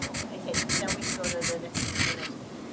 okay kate now we can go to the next the next one.